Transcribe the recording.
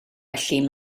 felly